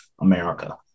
America